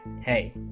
hey